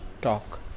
Talk